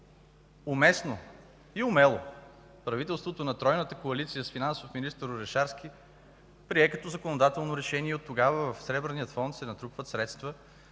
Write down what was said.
уместно и умело правителството на тройната коалиция с финансов министър Пламен Орешарски прие като законодателно решение и оттогава в Сребърния фонд се натрупват средства,